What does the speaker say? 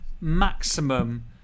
maximum